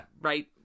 right